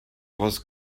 was